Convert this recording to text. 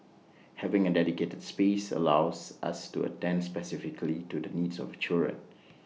having A dedicated space allows us to attend specifically to the needs of children